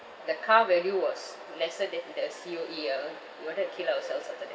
the car value was lesser than the C_O_E ah we wanted to kill ourselves after that